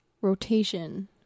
rotation